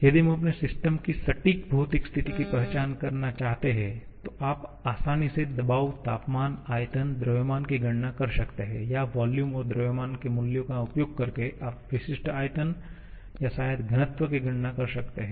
यदि हम अपने सिस्टम की सटीक भौतिक स्थिति की पहचान करना चाहते हैं तो आप आसानी से दबाव तापमान आयतन द्रव्यमान की गणना कर सकते हैं या वॉल्यूम और द्रव्यमान के मूल्य का उपयोग करके आप विशिष्ट आयतन या शायद घनत्व की गणना कर सकते हैं